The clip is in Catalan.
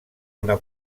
una